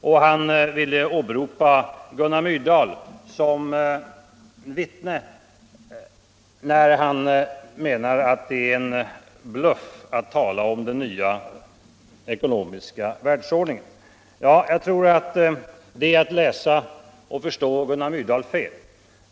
Och han ville åberopa Gunnar Myrdal som vittne när han menar att det är en bluff att tala om den nya ekonomiska världsordningen. Jag tror att det är att läsa och förstå Gunnar Myrdal fel.